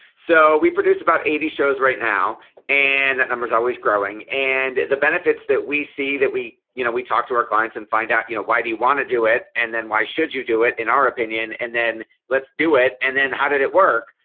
so we produce about eighty shows right now and that number is always growing and the benefits that we see that we, you know we talk to our clients and find out you know why do you want do it and then why should you do it. in our opinion and then let's do it. and then how did it work.